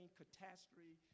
catastrophe